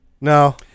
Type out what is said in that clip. No